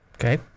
Okay